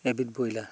এবিধ ব্ৰয়লাৰ